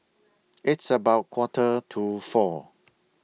its about Quarter to four